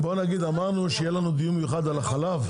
אמרנו שיהיה לנו דיון מיוחד על החלב.